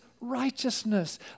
righteousness